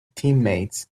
teammates